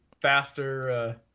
faster